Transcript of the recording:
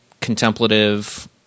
contemplative